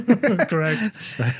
correct